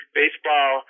baseball